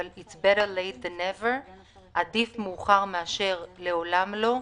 אבל עדיף מאוחר מאשר לעולם לא.